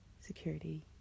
security